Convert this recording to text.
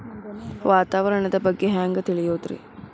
ವಾತಾವರಣದ ಬಗ್ಗೆ ಹ್ಯಾಂಗ್ ತಿಳಿಯೋದ್ರಿ?